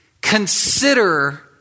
consider